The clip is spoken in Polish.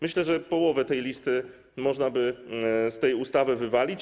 Myślę, że połowę tej listy można by z tej ustawy wywalić.